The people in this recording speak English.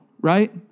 right